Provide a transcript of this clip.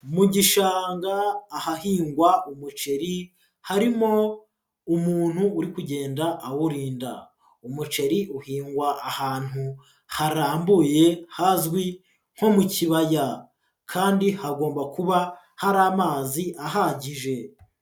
Mu gishanga ahahingwa umuceri harimo umuntu uri kugenda awurinda. Umuceri uhingwa ahantu harambuye hazwi nko mu kibaya, kandi hagomba kuba hari amazi ahagije.